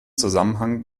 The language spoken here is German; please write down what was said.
zusammenhang